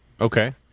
Okay